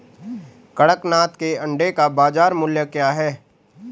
कड़कनाथ के अंडे का बाज़ार मूल्य क्या है?